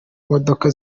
modoka